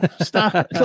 stop